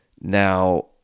Now